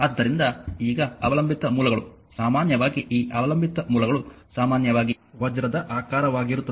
ಆದ್ದರಿಂದ ಈಗ ಅವಲಂಬಿತ ಮೂಲಗಳು ಸಾಮಾನ್ಯವಾಗಿ ಈ ಅವಲಂಬಿತ ಮೂಲಗಳು ಸಾಮಾನ್ಯವಾಗಿ ವಜ್ರದ ಆಕಾರವಾಗಿರುತ್ತದೆ